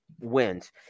wins